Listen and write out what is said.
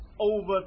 over